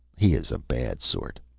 he is a bad sort.